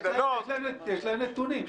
יש להם נתונים.